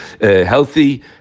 healthy